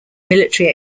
military